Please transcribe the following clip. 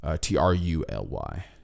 T-R-U-L-Y